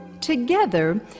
Together